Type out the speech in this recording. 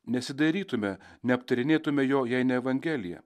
nesidairytume neaptarinėtume jo jei ne evangelija